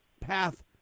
path